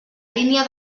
línia